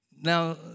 Now